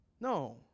No